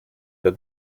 der